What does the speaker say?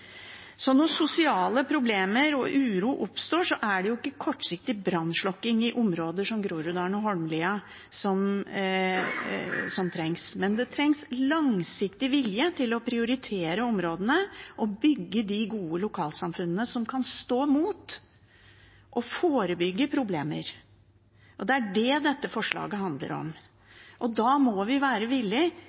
Når sosiale problemer og uro oppstår, er det ikke kortsiktig brannslukking i områder som Groruddalen og Holmlia som trengs. Det trengs langsiktig vilje til å prioritere områdene og bygge gode lokalsamfunn som kan stå imot og forebygge problemer. Det er det dette representantforslaget handler om. Da må vi være villig